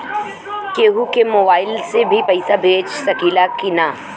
केहू के मोवाईल से भी पैसा भेज सकीला की ना?